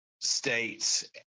states